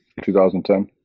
2010